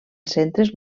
centres